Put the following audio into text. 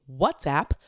WhatsApp